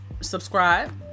subscribe